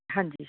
ਹਾਂਜੀ